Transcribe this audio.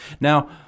Now